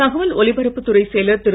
தகவல் ஒலிபரப்புத் துறை செயலர் திரு